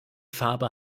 farbe